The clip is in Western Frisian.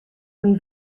myn